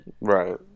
right